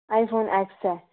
iPhone X ऐ